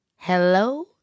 Hello